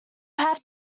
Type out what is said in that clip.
have